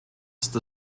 ist